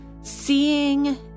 seeing